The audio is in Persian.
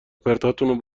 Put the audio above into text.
پرتاتون